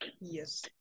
Yes